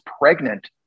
pregnant